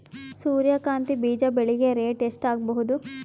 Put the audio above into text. ಸೂರ್ಯ ಕಾಂತಿ ಬೀಜ ಬೆಳಿಗೆ ರೇಟ್ ಎಷ್ಟ ಆಗಬಹುದು?